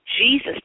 Jesus